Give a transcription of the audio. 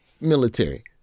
military